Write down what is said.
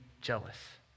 jealous